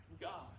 God